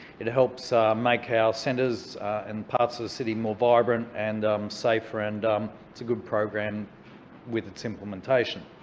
it helps make our centres and parts of the city more vibrant and safer and it's a good program with its implementation.